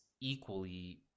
equally